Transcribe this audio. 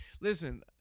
listen